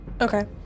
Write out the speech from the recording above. okay